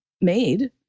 made